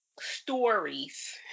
stories